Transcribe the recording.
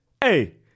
hey